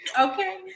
Okay